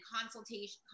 consultation